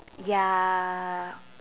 ya